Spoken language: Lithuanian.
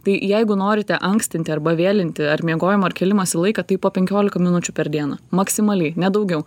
tai jeigu norite ankstinti arba vėlinti ar miegojimo ar kėlimosi laiką tai po penkiolika minučių per dieną maksimaliai ne daugiau